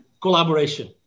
collaboration